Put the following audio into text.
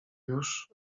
już